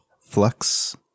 Flux